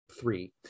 three